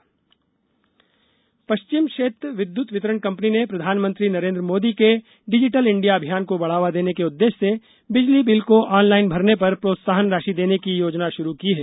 digital India अभियान पष्चिम क्षेत्र विद्यत वितरण कंपनी ने प्रधानमंत्री नरेंद्र मोदी के डिजिटल इंडिया अभियान को बढ़ावा देने के उद्देष्य से बिजली बिल को ऑनलाइन भरने पर प्रोत्साहन राषि देने की योजना षुरू की है